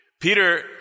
Peter